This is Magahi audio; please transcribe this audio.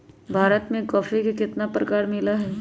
भारत में कॉफी के कितना प्रकार मिला हई?